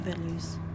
values